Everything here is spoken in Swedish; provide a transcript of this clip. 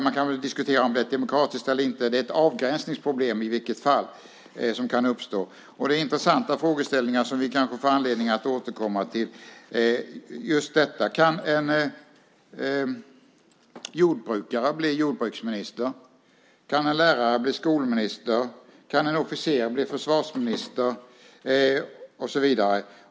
Man kan väl diskutera om det är ett demokratiskt problem eller inte. Det är i vilket fall som helst ett avgränsningsproblem som kan uppstå. Det är intressanta frågeställningar som vi kanske får anledning att återkomma till. Det gäller just detta: Kan en jordbrukare bli jordbruksminister? Kan en lärare bli skolminister? Kan en officer bli försvarsminister och så vidare?